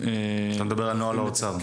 אתה מדבר על נוהל האוצר.